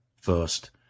first